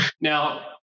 now